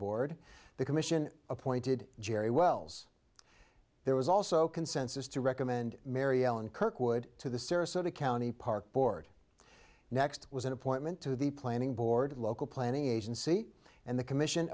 board the commission appointed gerry wells there was also consensus to recommend mary ellen kirkwood to the sarasota county park board next was an appointment to the planning board at a local planning agency and the commission